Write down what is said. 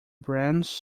brahms